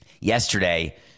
Yesterday